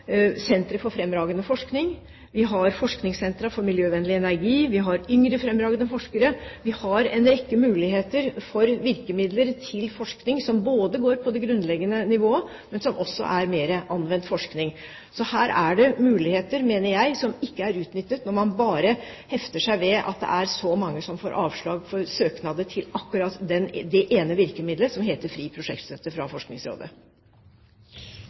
har yngre, fremragende forskere. Vi har en rekke muligheter for virkemidler til forskning som går på det grunnleggende nivået, men som også er mer anvendt forskning. Her er det muligheter, mener jeg, som ikke er utnyttet. Man bare hefter seg ved at det er så mange som får avslag på søknad om akkurat det ene virkemidlet som heter fri prosjektstøtte, fra Forskningsrådet.